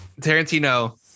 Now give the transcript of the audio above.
tarantino